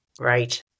Right